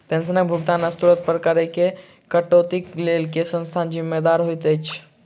पेंशनक भुगतानक स्त्रोत पर करऽ केँ कटौतीक लेल केँ संस्था जिम्मेदार होइत छैक?